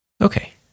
Okay